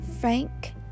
Frank